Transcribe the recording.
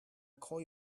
call